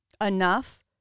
enough